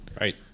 Right